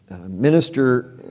minister